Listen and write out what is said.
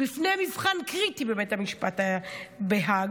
בפני מבחן קריטי בבית המשפט בהאג,